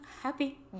Happy